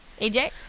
AJ